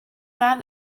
wahr